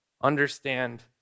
Understand